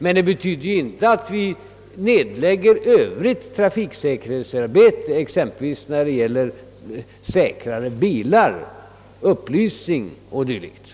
Men detta betyder inte att vi lagt ned trafiksäkerhetsarbetet t.ex. i fråga om säkrare bilar, upplysning m.m.